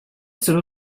sono